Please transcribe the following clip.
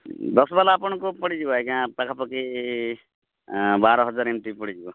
ଦଶ୍ ବାଲା ଆପଣଙ୍କୁ ପଡ଼ିଯିବ ଆଜ୍ଞା ପାଖାପାଖି ବାର ହଜାର୍ ଏମିତି ପଡ଼ିଯିବ